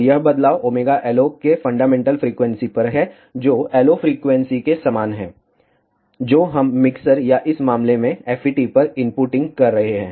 और यह बदलाव ωLO के फंडामेंटल फ्रीक्वेंसी पर है जो LO फ्रीक्वेंसी के समान है जो हम मिक्सर या इस मामले में FET पर इनपुटिंग कर रहे हैं